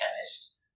chemist